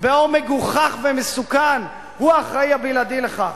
באור מגוחך ומסוכן, הוא האחראי הבלעדי לכך.